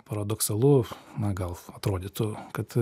paradoksalu na gal atrodytų kad